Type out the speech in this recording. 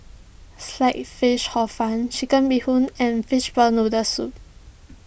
Sliced Fish Hor Fun Chicken Bee Hoon and Fishball Noodle Soup